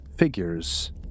Figures